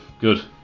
good